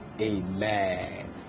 Amen